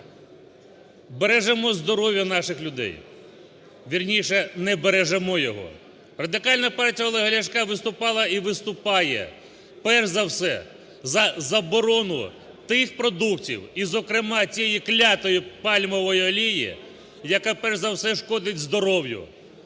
бережемо здоров'я наших людей, вірніше не бережемо його. Радикальна партія Олега Ляшко виступала і виступає перш за все за заборону тих продуктів і, зокрема, тієї клятої пальмової олії, яка перш за все шкодить здоров'ю,